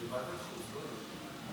לוועדת חוץ וביטחון, לא?